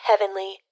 Heavenly